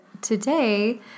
today